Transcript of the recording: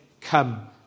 come